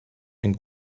ein